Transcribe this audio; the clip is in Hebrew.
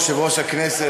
יושב-ראש הכנסת,